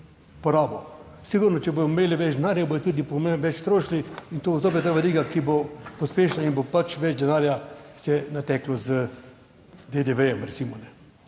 porabo, sigurno, če bodo imeli več denarja, bodo tudi več trošili in to bo zopet ta veriga, ki bo pospešila in bo pač več denarja se nateklo z DDV, recimo.